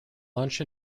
lunch